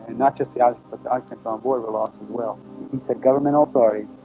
and not just the object but the occupants on board were lost as well he said government authorities